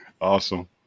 Awesome